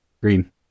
green